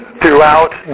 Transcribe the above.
throughout